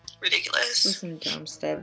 ridiculous